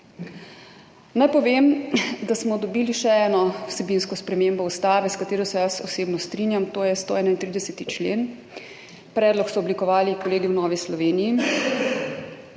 Naj povem, da smo dobili še eno vsebinsko spremembo Ustave, s katero se jaz osebno strinjam, to je 131. člen, predlog so oblikovali kolegi v Novi Sloveniji,